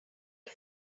are